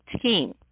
team